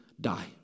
die